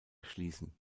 schließen